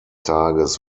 tages